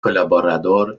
colaborador